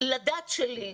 וחונכתי לדת שלי.